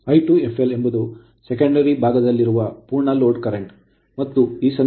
I2fl ಎಂಬುದು secondary ದ್ವಿತೀಯ ಭಾಗದಲ್ಲಿರುವ ಪೂರ್ಣ ಲೋಡ್ current ಪ್ರವಾಹವಾಗಿದೆ